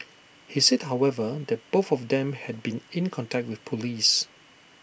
he said however that both of them had been in contact with Police